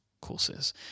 courses